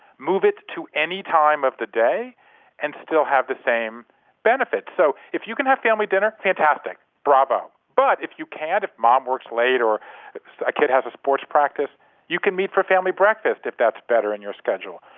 move it to any time of the day and still have the same benefit. so if you can have family dinner, fantastic, bravo. but if you can't if mom works late or a kid has sports practice you can meet for family breakfast if that's better in your schedule.